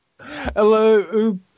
Hello